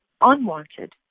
unwanted